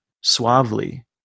suavely